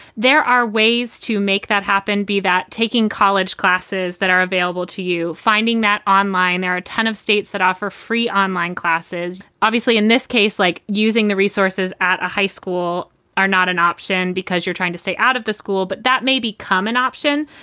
there are ways to make that happen, be that taking college classes that are available to you, finding that online, there are a ton of states that offer free online classes. obviously, in this case, like using the resources at a high school are not an option because you're trying to stay out of the school. but that may become an option.